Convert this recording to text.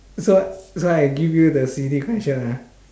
so so I give you the silly question ah